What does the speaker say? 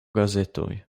gazetoj